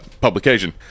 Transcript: publication